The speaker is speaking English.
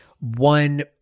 one